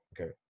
okay